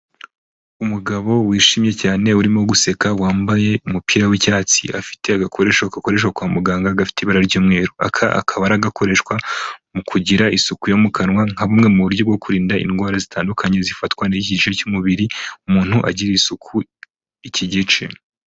Umugabo wishimye cyane urimo guseka wambaye umupira w'icyatsi, afite agakoresho gakoreshwa kwa muganga gafite ibara ry'umweru, aka akaba ari gakoreshwa, mu kugira isuku yo mu kanwa nka bumwe mu buryo bwo kurinda indwara zitandukanye zifatwa n'iki gice cy'umubiri, umuntu agirira isuku iki gice.